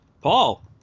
Paul